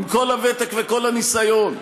עם כל הוותק וכל הניסיון.